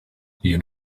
you